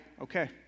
okay